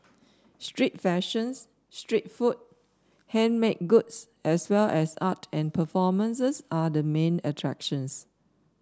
street fashions street food handmade goods as well as art and performances are the main attractions